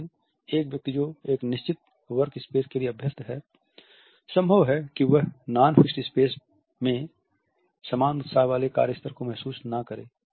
लेकिन एक व्यक्ति जो एक निश्चित वर्क स्पेस के लिए अभ्यस्त है संभव है कि वह नॉन फिक्स्ड स्पेस में समान उत्साह वाले कार्य स्तर को महसूस न करे